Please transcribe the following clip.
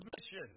mission